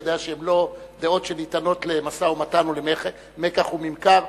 ויודע שהן לא דעות שניתנות למשא-ומתן ולמיקח וממכר.